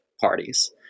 parties